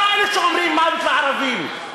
לא אלו שאומרים "מוות לערבים",